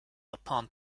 upon